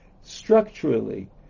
structurally